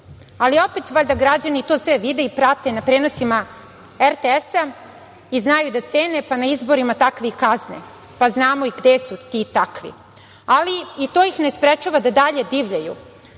ali opet valjda građani to sve vide i prate na prenosima RTS-a i znaju da cene pa na izborima takve i kazne, pa znamo i gde su ti i takvi, ali i to ih ne sprečava da dalje divljaju. Ti